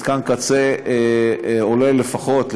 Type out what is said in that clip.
מתקן קצה עולה לפחות,